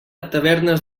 tavernes